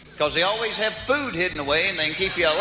cause they always have food hidden away and they'll keep you